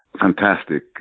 fantastic